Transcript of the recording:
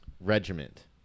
regiment